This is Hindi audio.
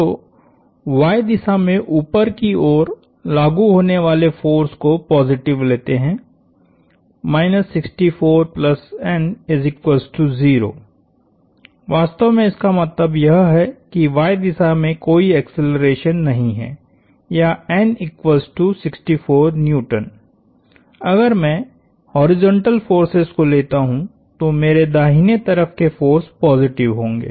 तो y दिशा में ऊपर की ओर लागु होने वाले फोर्स को पॉजिटिव लेते हैवास्तव में इसका मतलब यह है कि y दिशा में कोई एक्सेलरेशन नहीं है या अगर मैं हॉरिजॉन्टल फोर्सेस को लेता हूं तो मेरे दाहिने तरफ के फोर्स पॉजिटिव होंगे